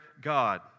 God